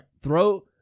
throw